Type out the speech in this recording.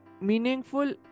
meaningful